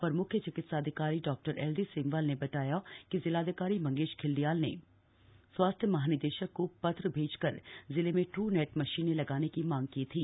अपर मुख्य चिकित्साधिकारी Dr LD Semwal ने बताया कि जिलाधिकारी मंगेश घिल्ड़ियाल ने स्वास्थ्य महानिदेशक को पत्र भेजकर जिले में डू नेट मशीनें लगाने की मांग की थी